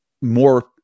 more